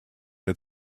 had